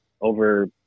over